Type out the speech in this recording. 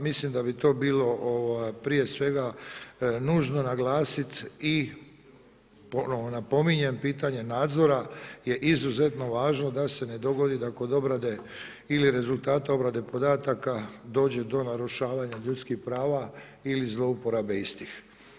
Mislim da bi to bili prije svega nužno naglasiti i ponovo napominjem pitanje nadzora je izuzetno važno da se ne dogodi da kod obrade ili rezultata obrade podataka dođe do narušavanja ljudskih prava ili zlouporabe istih.